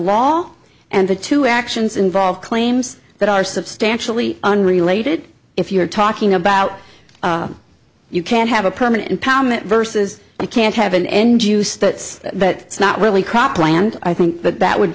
law and the two actions involve claims that are substantially unrelated if you're talking a about you can't have a permanent empowerment versus you can't have an end use that that's not really cropland i think that that would